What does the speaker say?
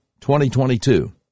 2022